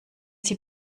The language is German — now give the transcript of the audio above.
sie